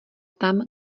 tam